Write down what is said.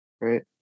right